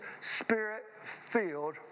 spirit-filled